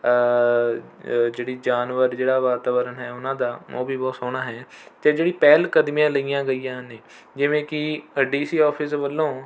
ਜਿਹੜੀ ਜਾਨਵਰ ਜਿਹੜਾ ਵਾਤਾਵਰਣ ਹੈ ਉਹਨਾਂ ਦਾ ਉਹ ਵੀ ਬਹੁਤ ਸੋਹਣਾ ਹੈ ਅਤੇ ਜਿਹੜੀ ਪਹਿਲਕਦਮੀਆਂ ਲਈਆਂ ਗਈਆਂ ਨੇ ਜਿਵੇਂ ਕਿ ਅ ਡੀ ਸੀ ਔਫਿਸ ਵੱਲੋਂ